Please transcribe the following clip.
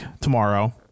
tomorrow